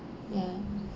ya